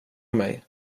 mig